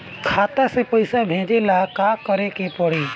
खाता से पैसा भेजे ला का करे के पड़ी?